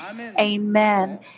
Amen